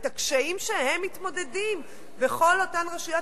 את הקשיים שאתם הם מתמודדים בכל אותן רשויות